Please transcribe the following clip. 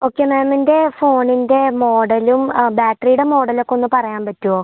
okay മാമിൻ്റെ ഫോണിൻ്റെ മോഡലും ബാറ്ററീടെ മോഡലൊക്കൊന്ന് പറയാൻ പറ്റോ